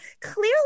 clearly